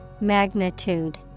magnitude